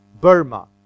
Burma